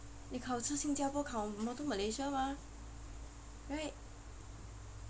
你考车新加坡考 motor Malaysia mah right